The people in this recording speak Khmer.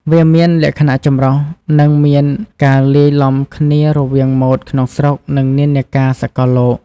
វាមានលក្ខណៈចម្រុះ និងមានការលាយឡំគ្នារវាងម៉ូដក្នុងស្រុក និងនិន្នាការសកលលោក។